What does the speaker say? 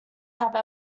have